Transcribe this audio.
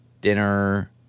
Dinner